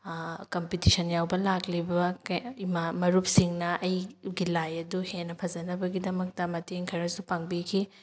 competition ꯌꯥꯎꯕ ꯂꯥꯛꯂꯤꯕ ꯏꯃꯥꯟ ꯃꯔꯨꯞꯁꯤꯡꯅ ꯑꯩꯒꯤ ꯂꯥꯏ ꯑꯗꯨ ꯍꯦꯟꯅ ꯐꯖꯅꯕꯒꯤꯗꯃꯛꯇ ꯃꯇꯦꯡ ꯈꯔꯁꯨ ꯄꯥꯡꯕꯤꯈꯤ